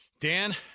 Dan